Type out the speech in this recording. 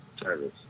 service